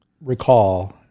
recall